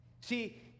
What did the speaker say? See